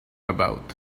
about